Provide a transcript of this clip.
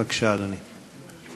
בבקשה, אדוני.